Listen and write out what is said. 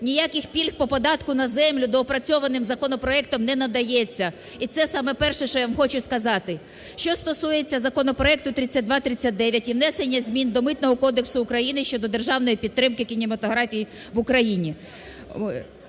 ніяких пільг по податку на землю доопрацьованим законопроектом не надається і це саме перше, що я вам хочу сказати. Що стосується законопроекту 3239 і внесення змін до Митного кодексу України щодо державної підтримки кінематографії в Україні.